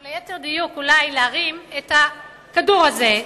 או ליתר דיוק אולי להרים את הכדור הזה,